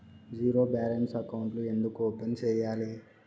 zero balance అకౌంట్లు ఎందుకు open సేయాలి